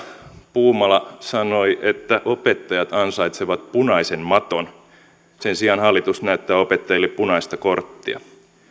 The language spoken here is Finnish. puumala sanoi että opettajat ansaitsevat punaisen maton sen sijaan hallitus näyttää opettajille punaista korttia